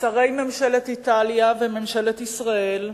שרי ממשלת איטליה וממשלת ישראל,